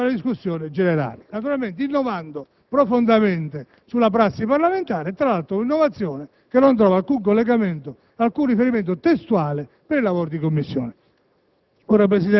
Gruppo per la discussione generale, naturalmente innovando profondamente la prassi parlamentare. Si tratta di un'innovazione che non trova alcun collegamento, alcun riferimento testuale nei lavori di Commissione.